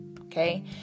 Okay